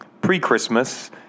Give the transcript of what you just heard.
pre-Christmas